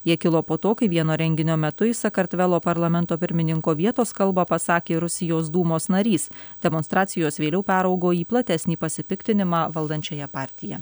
jie kilo po to kai vieno renginio metu į sakartvelo parlamento pirmininko vietos kalbą pasakė rusijos dūmos narys demonstracijos vėliau peraugo į platesnį pasipiktinimą valdančiąja partija